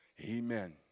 Amen